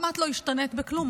גם את לא השתנית בכלום.